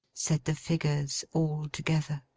said the figures all together.